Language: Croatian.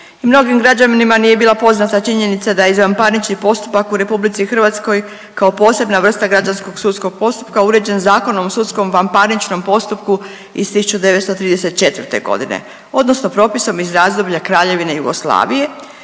i mnogim građanima nije bila poznata činjenica da je izvanparnični postupak u RH kao posebna vrsta građanskog sudskog postupka uređen Zakonom o sudskom vanparničnom postupku iz 1934. godine odnosno propisom iz razdoblja Kraljevine Jugoslavije